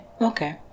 Okay